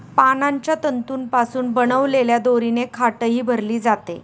पानांच्या तंतूंपासून बनवलेल्या दोरीने खाटही भरली जाते